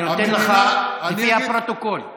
אני נותן לך לפי הפרוטוקול.